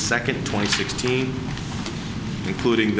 second twenty sixteen including